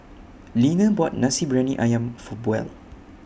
Leaner bought Nasi Briyani Ayam For Buell